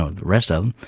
ah the rest of them,